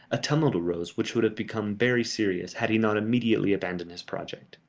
a tumult arose which would have become very serious, had he not immediately abandoned his project.